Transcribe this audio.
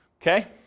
okay